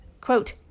Quote